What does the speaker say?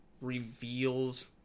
reveals